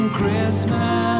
Christmas